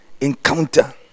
encounter